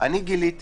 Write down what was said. גיליתי